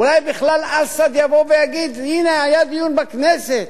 אולי בכלל אסד יבוא ויגיד: הנה היה דיון בכנסת.